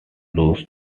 loose